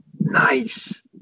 Nice